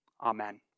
Amen